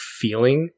feeling